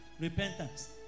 repentance